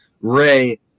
ray